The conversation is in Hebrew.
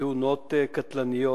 תאונות קטלניות,